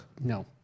No